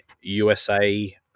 USA